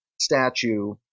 statue